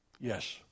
Yes